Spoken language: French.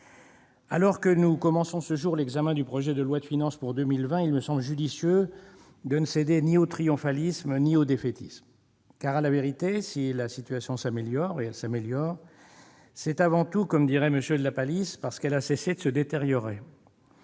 Alors que nous commençons ce jour l'examen du projet de loi de finances pour 2020, il me semble judicieux de ne céder ni au triomphalisme ni au défaitisme. Car, à la vérité, si la situation s'améliore, c'est avant tout, comme dirait M. de La Palice, parce qu'elle a cessé de se détériorer.